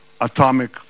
atomic